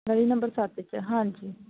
ਗਲੀ ਨੰਬਰ ਸੱਤ 'ਚ ਹਾਂਜੀ